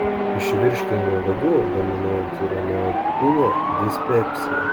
iš virškinimo ligų dominuojanti yra neopinė dispepsija